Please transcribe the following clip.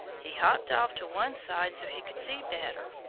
he hopped off to one side so he could see better.